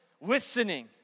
listening